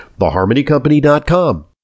theharmonycompany.com